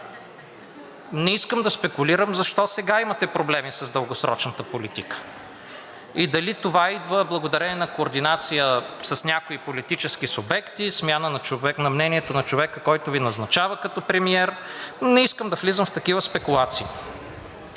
Не искам да спекулирам защо сега имате проблеми с дългосрочната политика и дали това идва благодарение на координация с някои политически субекти, смяна на мнението на човека, който Ви назначава като премиер, не искам да влизам в такива спекулации.